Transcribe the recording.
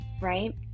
right